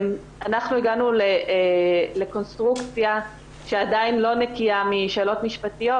אנחנו הגענו לקונסטרוקציה שעדין לא נקייה משאלות משפטיות